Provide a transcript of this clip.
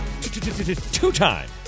two-time